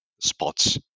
spots